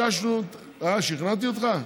אה, שכנעתי אותך?